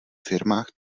firmách